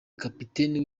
kapiteni